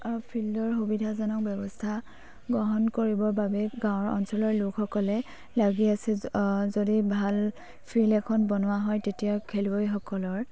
ফিল্ডৰ সুবিধাজনক ব্যৱস্থা গ্ৰহণ কৰিবৰ বাবে গাঁৱৰ অঞ্চলৰ লোকসকলে লাগি আছে যদি ভাল ফিল্ড এখন বনোৱা হয় তেতিয়া খেলুৱৈসকলৰ